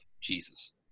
Jesus